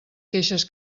queixes